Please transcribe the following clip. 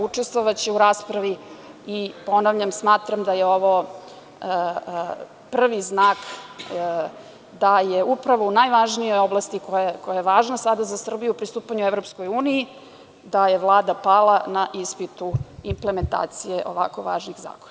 Učestvovaće u raspravi i ponavljam, smatram da je ovo prvi znak da je upravo u najvažnijoj oblasti koja je važna sada za Srbiju, pristupanju EU, da je Vlada pala na ispitu implementacije ovako važnih zakona.